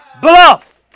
bluff